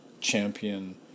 champion